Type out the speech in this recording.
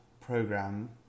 program